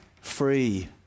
free